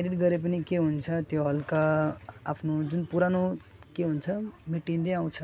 edit गरे पनि के हुन्छ त्यो हलका आफ्नो जुन पुरानो के हुन्छ मेटिँदै आउँछ